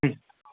ம்